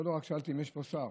לא, רק שאלתי אם יש פה שר.